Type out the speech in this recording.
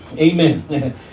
Amen